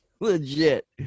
legit